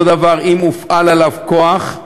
אותו הדבר, אם הופעל עליו כוח,